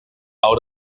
out